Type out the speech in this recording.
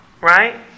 Right